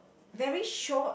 very short